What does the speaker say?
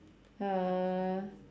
uh